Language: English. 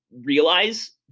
realize